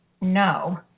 no